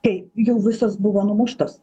tai jau visos buvo numuštos